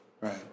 Right